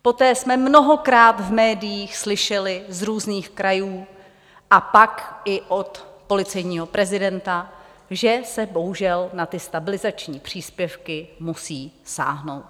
Poté jsme mnohokrát v médiích slyšeli z různých krajů a pak i od policejního prezidenta, že se bohužel na ty stabilizační příspěvky musí sáhnout.